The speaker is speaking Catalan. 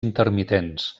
intermitents